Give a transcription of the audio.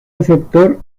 receptor